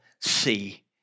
see